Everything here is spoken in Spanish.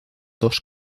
dos